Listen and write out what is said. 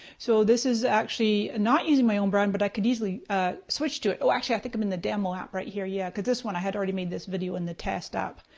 so this is actually not using my own brand but i could easily switch to it. oh, actually, i think i'm in the demo app right here, yeah, cause this one, i had already made this video in the test app.